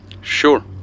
Sure